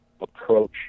approach